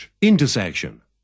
Intersection